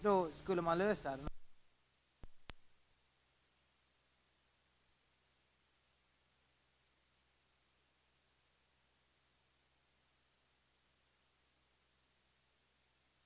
Då skulle man lösa de skattemässiga problemen på ett ganska enkelt sätt. Jag yrkar som sagt bifall till hemställan i föreliggande betänkande.